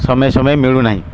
ସମୟେ ସମୟେ ମିଳୁନାହିଁ